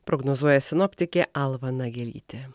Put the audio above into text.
prognozuoja sinoptikė alma nagelytė